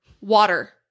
Water